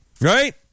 Right